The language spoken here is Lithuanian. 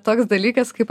toks dalykas kaip